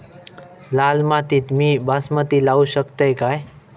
लाल मातीत मी बासमती लावू शकतय काय?